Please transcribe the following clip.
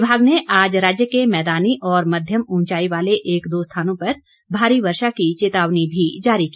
विभाग ने आज राज्य के मैदानी और मध्यम ऊंचाई वाले एक दो स्थानों पर भारी वर्षा की चेतावनी भी जारी की